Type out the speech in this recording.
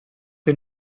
che